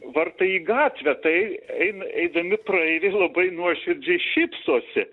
vartai į gatvę tai eina eidami praeiviai labai nuoširdžiai šypsosi